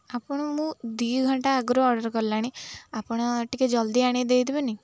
ଆପଣ ମୁଁ ଦୁଇ ଘଣ୍ଟା ଆଗରୁ ଅର୍ଡ଼ର୍ କଲାଣି ଆପଣ ଟିକେ ଜଲ୍ଦି ଆଣ ଦେଇଥିବେନି